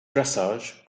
dressage